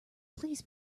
please